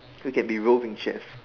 we can be roving chefs